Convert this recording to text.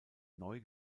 neu